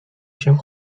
się